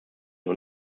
und